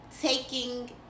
taking